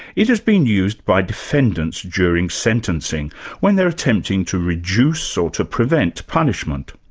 it has been used by defendants during sentencing when they're attempting to reduce or to prevent punishment.